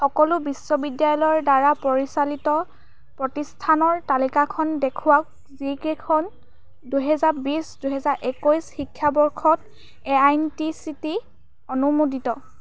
সকলো বিশ্ববিদ্যালয়ৰ দ্বাৰা পৰিচালিত প্ৰতিষ্ঠানৰ তালিকাখন দেখুৱাওক যিকেইখন দুহেজাৰ বিছ দুহেজাৰ একৈছ শিক্ষাবৰ্ষত এআইনটিচিটি অনুমোদিত